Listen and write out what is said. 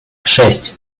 шесть